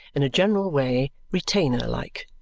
in a general way, retainer-like.